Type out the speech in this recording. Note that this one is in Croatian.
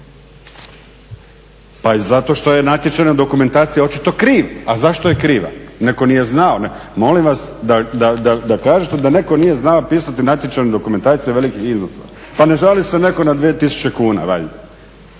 Pa i zato što je natječajna dokumentacija očito kriva. A zašto je kriva? Netko nije znao. Molim vas da kažete da netko nije znao pisati natječajnu dokumentaciju velikih iznosa. Pa ne žali se netko na 2000 kuna valjda.